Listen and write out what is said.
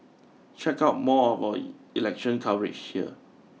check out more of our election coverage here